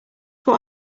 what